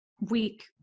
week